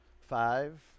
five